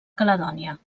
caledònia